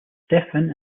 stefan